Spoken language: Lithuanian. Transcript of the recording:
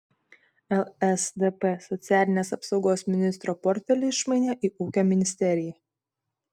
lsdp socialinės apsaugos ministro portfelį išmainė į ūkio ministeriją